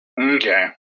Okay